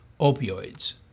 opioids